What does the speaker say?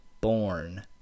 born